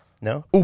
no